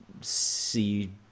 see